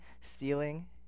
stealing